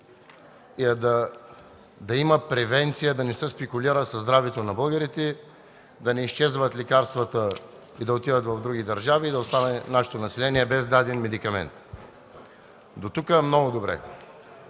е да има превенция, да не се спекулира със здравето на българите, да не изчезват лекарствата и да отиват в други държави и нашето население да остане без дадени медикаменти. До тук много добре.